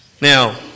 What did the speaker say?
Now